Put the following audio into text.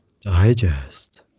Digest